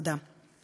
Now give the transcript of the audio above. תודה.